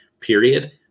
period